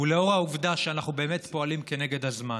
ולאור העובדה שאנחנו באמת פועלים כנגד הזמן,